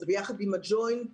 ביחד עם הג'וינט,